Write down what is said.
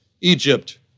Egypt